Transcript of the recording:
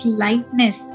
lightness